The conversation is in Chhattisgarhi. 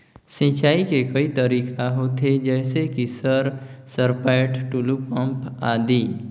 सिंचाई के कई तरीका होथे? जैसे कि सर सरपैट, टुलु पंप, आदि?